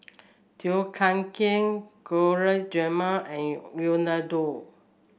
Tom Kha Gai Gulab Jamun and Unadon